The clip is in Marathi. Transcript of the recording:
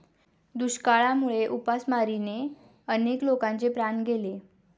दुष्काळामुळे उपासमारीने अनेक लोकांचे प्राण गेले